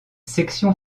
section